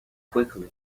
quickly